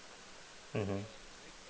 mmhmm